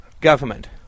government